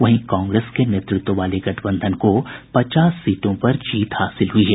वहीं कांग्रेस के नेतृत्व वाले गठबंधन को पचास सीटों पर जीत हासिल हई है